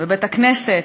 בבית-הכנסת,